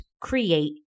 create